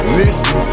listen